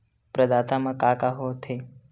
प्रदाता मा का का हो थे?